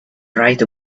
right